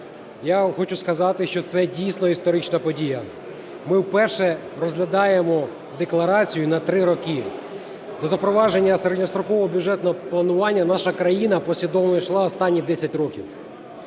Я вам хочу сказати, що це дійсно історична подія, ми вперше розглядаємо декларацію на 3 роки. До запровадження середньострокового бюджетного планування наша країна послідовно йшла останні 10 років.